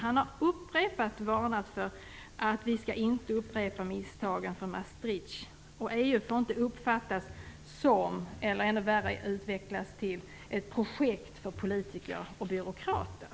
Han har flera gånger varnat för att vi inte skall upprepa misstagen från Maastricht och framhållit att EU inte får uppfattas som eller ännu värre utvecklas till ett projekt för politiker och byråkrater.